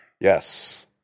Yes